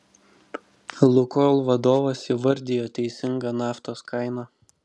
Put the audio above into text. lukoil vadovas įvardijo teisingą naftos kainą